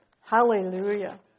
Hallelujah